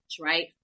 right